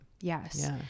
Yes